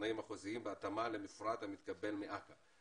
והתנאים החוזיים בהתאמה למפרט המתקבל מאכ"א.